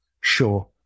sure